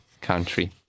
country